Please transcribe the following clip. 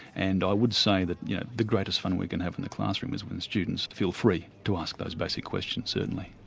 and i would say that the greatest fun we can have in the classroom is when the students feel free to ask those basic questions, certainly.